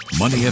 Money